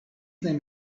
name